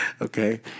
Okay